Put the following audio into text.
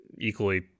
equally